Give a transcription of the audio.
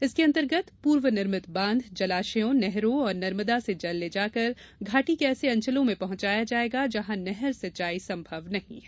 इसके अंतर्गत पूर्व निर्मित बांध जलाशयों नहरों और नर्मदा से जल ले जाकर घाटी के ऐसे अंचलों में पहुंचाया जायेगा जहां नहर सिंचाई संभव नही है